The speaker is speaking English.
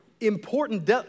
important